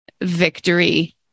victory